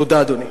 תודה, אדוני.